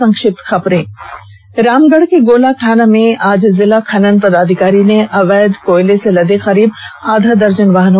संक्षिप्त खबरें रामगढ़ के गोला थाना में आज जिला खनन पदाधिकारी ने अवैध कोयला से लदे करीब आधा दर्जन वाहनों को जब्त किया